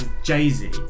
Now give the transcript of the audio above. Jay-Z